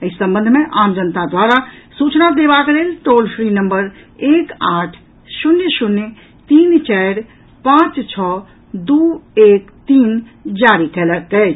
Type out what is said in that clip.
एहि संबंध मे आम जनता द्वारा सूचना देबाक लेल टोल फ्री नम्बर एक आठ शून्य शून्य तीन चारि पांच छओ दू एक तीन जारी कयल गेल अछि